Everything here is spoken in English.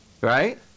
right